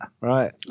right